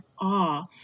awe